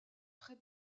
très